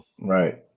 Right